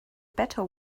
better